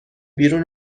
بیرون